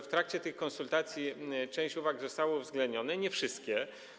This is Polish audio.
W trakcie tych konsultacji część uwag została uwzględniona, nie wszystkie.